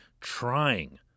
trying